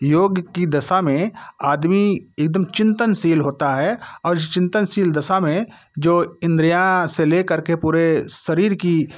योग की दशा में आदमी एकदम चिंतनशील होता है और चिंतनशील दशा में जो इद्रियाँ से लेकर के पूरे शरीर की